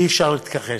אי-אפשר להתכחש.